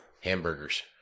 Hamburgers